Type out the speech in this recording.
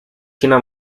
china